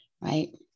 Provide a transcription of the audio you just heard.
right